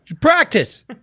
Practice